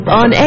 on